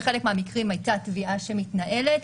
בחלק מהמקרים הייתה תביעה שמתנהלת.